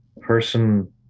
person